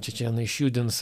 čečėnai išjudins